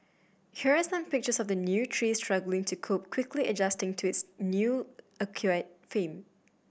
here are some pictures of the new tree struggling to cope quickly adjusting to its new fame